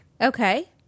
Okay